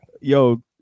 Yo